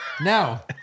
now